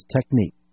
technique